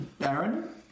Aaron